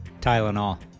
Tylenol